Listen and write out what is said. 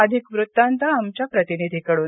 अधिक वृत्तांत आमच्या प्रतिनिधीकडून